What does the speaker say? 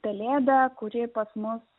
pelėdą kuri pas mus